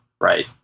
right